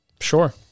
Sure